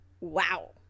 Wow